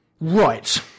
Right